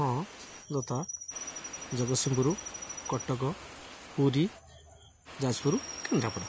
ହଁ ଯଥା ଜଗତସିଂହପୁର କଟକ ପୁରୀ ଯାଜପୁର କେନ୍ଦ୍ରାପଡ଼ା